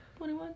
21